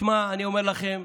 שמע, אני אומר לכם,